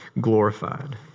glorified